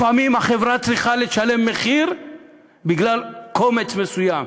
לפעמים החברה צריכה לשלם מחיר בגלל קומץ מסוים,